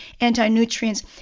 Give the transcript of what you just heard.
anti-nutrients